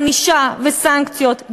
ענישה וסנקציות,